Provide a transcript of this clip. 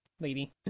lady